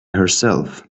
herself